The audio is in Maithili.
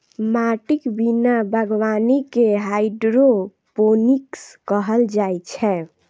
माटिक बिना बागवानी कें हाइड्रोपोनिक्स कहल जाइ छै